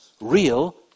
real